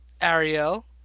Ariel